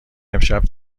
امشب